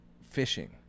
fishing